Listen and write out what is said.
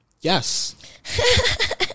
Yes